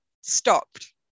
stopped